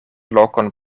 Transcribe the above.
lokon